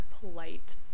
polite